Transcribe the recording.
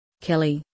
Kelly